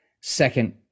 second